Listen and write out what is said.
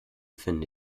finde